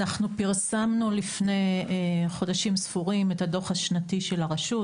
אנחנו פרסמנו לפני חודשים ספורים את הדוח השנתי של הרשות,